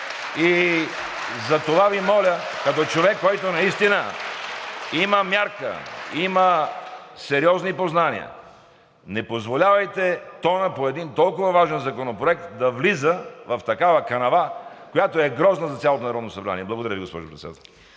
И затова Ви моля, като човек, който наистина има мярка, има сериозни познания, не позволявайте тонът по един толкова важен законопроект да влиза в такава канава, която е грозна за цялото Народно събрание. Благодаря Ви, госпожо Председателстващ.